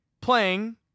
playing